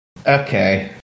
Okay